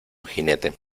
jinete